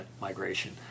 migration